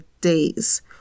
days